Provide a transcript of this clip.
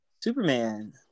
Superman